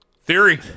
theory